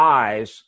eyes